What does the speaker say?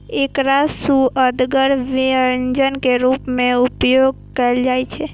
एकरा सुअदगर व्यंजन के रूप मे उपयोग कैल जाइ छै